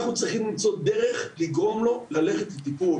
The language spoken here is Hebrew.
אנחנו צריכים למצוא דרך לגרום לו ללכת לטיפול,